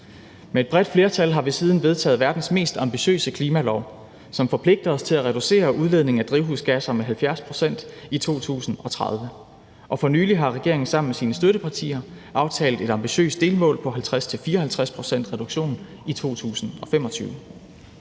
Med et bredt flertal har vi siden vedtaget verdens mest ambitiøse klimalov, som forpligter os til at reducere udledningen af drivhusgasser med 70 pct. i 2030. For nylig har regeringen sammen med sine støttepartier aftalt et ambitiøst delmål på 50-54 pct. reduktion i 2025.